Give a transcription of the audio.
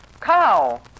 Cow